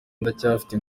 ndacyafite